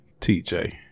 TJ